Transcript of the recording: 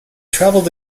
travelled